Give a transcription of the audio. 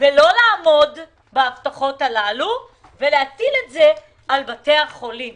ולא לעמוד בהן ולהטיל את זה על בתי החולים